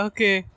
Okay